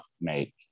make